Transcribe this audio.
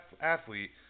athlete